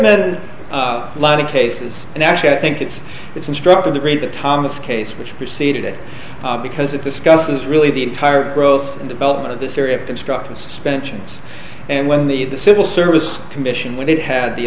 met a lot of cases and actually i think it's it's instructive the great the thomas case which preceded it because it discusses really the entire growth and development of this area constructed suspensions and when the civil service commission when it had the